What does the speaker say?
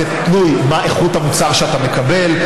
וזה תלוי באיכות המוצר שאתה מקבל.